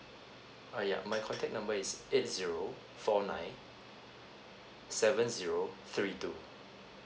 uh yeah my contact number is eight zero four nine seven zero three two